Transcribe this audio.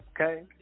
okay